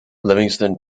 livingston